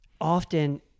often